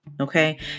okay